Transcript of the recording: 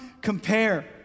compare